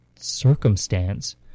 circumstance